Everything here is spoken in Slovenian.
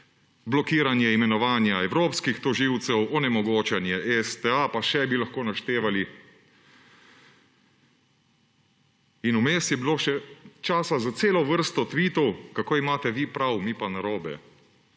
blokiranje imenovanja evropskih tožilcev, onemogočanje STA pa še bi lahko naštevali. In vmes je bilo še časa za celo vrsto tvitov, kako imate vi prav, mi pa narobe.